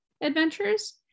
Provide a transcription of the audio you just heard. adventures